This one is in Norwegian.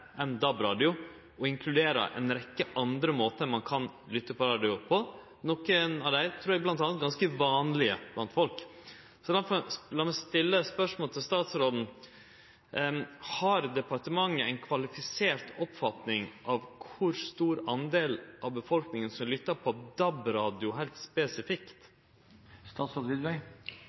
enn DAB-radio og inkluderer ei rekkje andre måtar ein kan lytte på radio på. Nokre av dei trur eg er ganske vanlege blant folk. Så lat meg stille spørsmål til statsråden: Har departementet ei kvalifisert oppfatning av kor stor del av befolkninga som lyttar på DAB-radio heilt spesifikt?